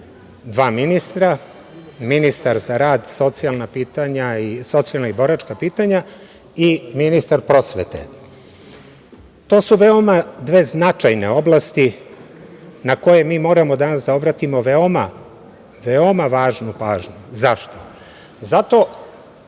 dva ministra, ministar za rad, socijalna i boračka pitanja i ministar prosvete. To su veoma dve značajne oblasti na koje mi moramo danas da obratimo veoma važnu pažnju. Zašto?